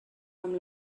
amb